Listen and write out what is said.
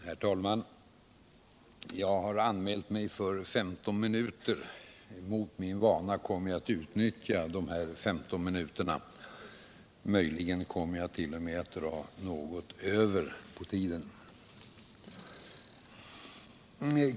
Herr talman! Jag har anmält mig för att tala 15 minuter. Mot min vana kommer jag att utnyttja de här 15 minuterna. Möjligen kommer jag 1. o. m. att dra något över tiden.